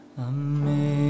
Amen